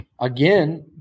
again